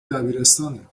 دبیرستانه